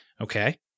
Okay